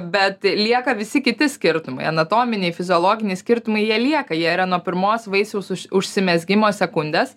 bet lieka visi kiti skirtumai anatominiai fiziologiniai skirtumai jie lieka jie yra nuo pirmos vaisiaus užsimezgimo sekundės